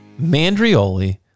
mandrioli